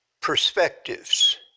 perspectives